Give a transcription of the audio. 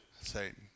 Satan